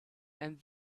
and